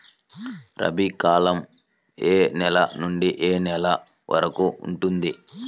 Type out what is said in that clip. రబీ కాలం ఏ నెల నుండి ఏ నెల వరకు ఉంటుంది?